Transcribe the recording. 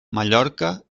mallorca